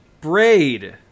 Braid